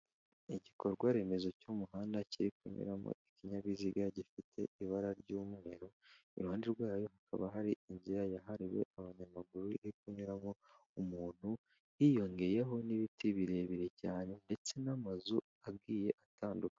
Igikorwa remezo cy'umuhanda kiri kunyuramo ikinyabiziga gifite ibara ry'umweru, iruhande rwayo hakaba hari inzira yahariwe abanyamaguru iri kunyuramo umuntu hiyongeyeho n'ibiti birebire cyane ndetse n'amazu agiye atandukanye.